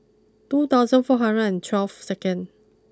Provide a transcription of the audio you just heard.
two thousand four hundred and twelve secnd